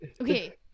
okay